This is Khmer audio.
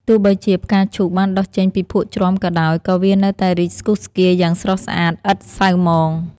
ទោះបីជាផ្កាឈូកបានដុះចេញពីភក់ជ្រាំក៏ដោយ ក៏វានៅតែរីកស្គុះស្គាយយ៉ាងស្រស់ស្អាតឥតសៅហ្មង។